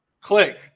click